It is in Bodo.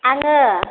आङो